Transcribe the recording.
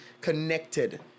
connected